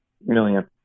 million